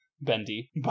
Bendy